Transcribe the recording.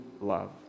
love